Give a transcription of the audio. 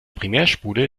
primärspule